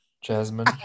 Jasmine